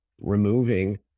removing